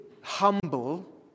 humble